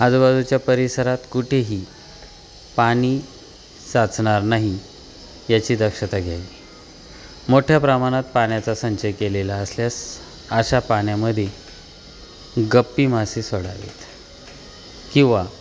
आजूबाजूच्या परिसरात कुठेही पाणी साचणार नाही याची दक्षता घ्यावी मोठ्या प्रमाणात पाण्याचा संचय केलेला असल्यास अशा पाण्यामध्ये गप्पी मासे सोडावेत किंवा